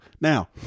now